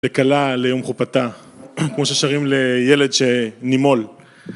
לכלה ליום חופתה, כמו ששרים לילד שנמול.